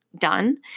done